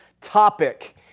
topic